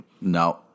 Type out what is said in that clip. No